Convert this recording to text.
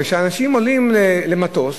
וכשאנשים עולים למטוס